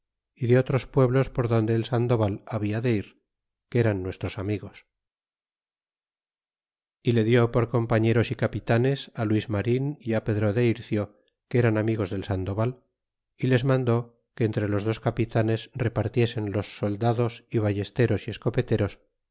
y de otros pueblos por donde el sandoval habia de ir que eran nuestros amigos y le dió por compañeros y capitanes luis marin y pedro de ircio que eran amigos del sandoval y les mandó que entre los dos capitanes repartiesen los soldados y ballesteros y escopetes